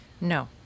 No